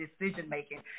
decision-making